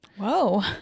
Whoa